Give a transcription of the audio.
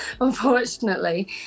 unfortunately